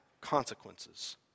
consequences